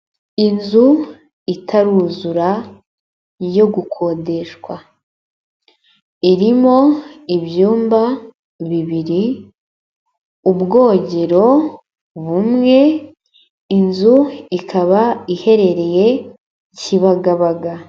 Inzu itaruzura yo gukodeshwa, irimo ibyumba bibiri ubwogero bumwe, inzu ikaba iherereye Kibagabaga.